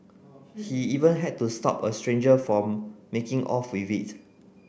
he even had to stop a stranger from making off with it